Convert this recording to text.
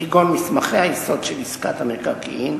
כגון מסמכי היסוד של עסקת המקרקעין,